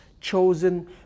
chosen